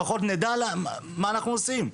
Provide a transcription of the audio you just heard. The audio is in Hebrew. לפחות נדע מה אנחנו עושים,